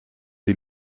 die